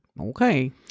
Okay